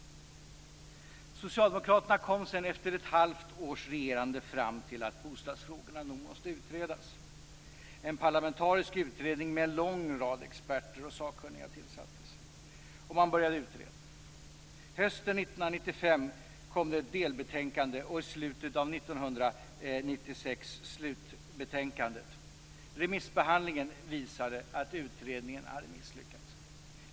Socialdemokraterna kom efter ett halvt års regerande fram till att bostadsfrågorna nog måste utredas. En parlamentarisk utredning med en lång rad experter och sakkunniga tillsattes, och man började utreda. Hösten 1995 kom ett delbetänkande och i slutet av Remissbehandlingen visade att utredningen hade misslyckats.